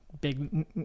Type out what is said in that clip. big